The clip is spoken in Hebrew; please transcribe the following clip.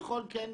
הוא יכול, כן.